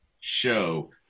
show